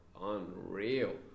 unreal